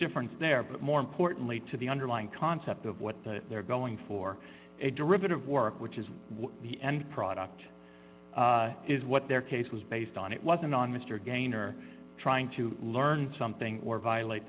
difference there but more importantly to the underlying concept of what they're going for a derivative work which is what the end product is what their case was based on it wasn't on mr gainer trying to learn something or violate